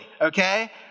okay